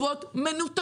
הם לא מגישים.